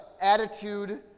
attitude